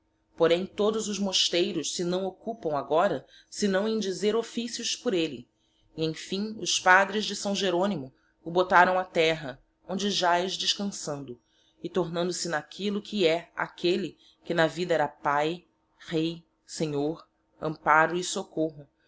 porem todollos moesteiros se naõ occupaõ agora senaõ em dizer officios por elle e em fim os padres de saõ jeronimo o botáraõ á terra onde jaz descansando e tornando-se naquillo que he aquelle que na vida era pai rei senhor emparo e soccorro